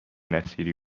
نصیری